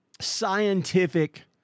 scientific